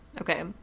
okay